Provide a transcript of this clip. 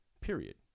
period